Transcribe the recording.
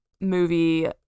movie